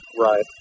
Right